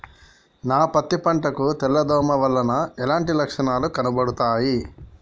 నా పత్తి పంట కు తెల్ల దోమ వలన ఎలాంటి లక్షణాలు కనబడుతాయి?